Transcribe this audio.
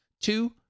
Two